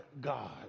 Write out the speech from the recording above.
God